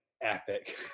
epic